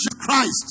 Christ